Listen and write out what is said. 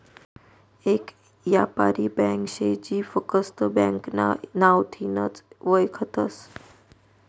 येक यापारी ब्यांक शे जी फकस्त ब्यांकना नावथीनच वयखतस